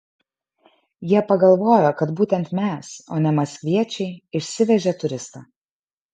jie pagalvojo kad būtent mes o ne maskviečiai išsivežė turistą